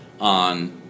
on